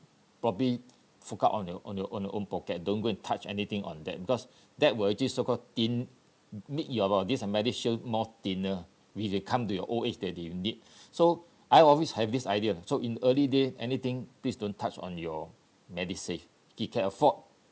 probably fork out on your on your your own pocket don't go and touch anything on that because that will actually so called thin make your uh this uh medishield more thinner when you come to your old age that do you need so I always have this idea so in early days anything please don't touch on your medisave if can afford